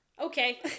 Okay